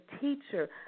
teacher